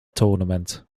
tournament